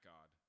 God